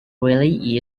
really